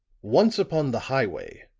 once upon the highway,